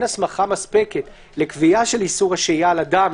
הסמכה מספקת לקביעה של איסור השהייה על אדם,